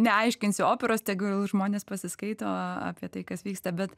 neaiškinsiu operos tegul žmonės pasiskaito apie tai kas vyksta bet